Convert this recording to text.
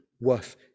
worth